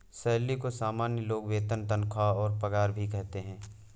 salary को सामान्य लोग वेतन तनख्वाह और पगार भी कहते है